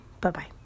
Bye-bye